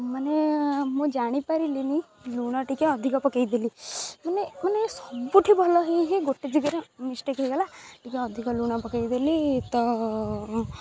ମାନେ ମୁଁ ଜାଣି ପାରିଲିନି ଲୁଣ ଟିକେ ଅଧିକ ପକାଇ ଦେଲି ମାନେ ମାନେ ସବୁଠି ଭଲ ହେଇ ହେଇ ଗୋଟେ ଜାଗାରେ ମିଷ୍ଟେକ୍ ହେଇଗଲା ଟିକେ ଅଧିକ ଲୁଣ ପକାଇ ଦେଲି ତ